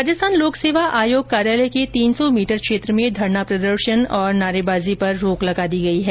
राजस्थान लोक सेवा आयोग कार्यालय के तीन सौ मीटर क्षेत्र में धरना प्रदर्शन और नारेबाजी पर रोक लगा दी गई है